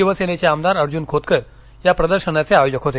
शिवसेनेचे आमदार अर्जुन खोतकर या प्रदर्शनाचे आयोजक होते